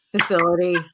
facility